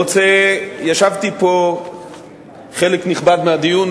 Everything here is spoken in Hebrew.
ישבתי פה חלק נכבד מהדיון,